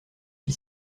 qui